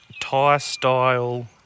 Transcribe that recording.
Thai-style